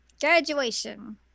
Graduation